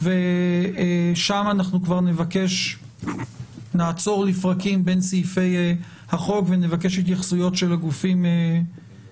שם אנחנו נעצור לפרקים בין סעיפי החוק ונבקש התייחסויות של הגופים